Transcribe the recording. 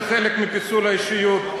זה חלק מפיצול האישיות,